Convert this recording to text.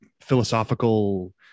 philosophical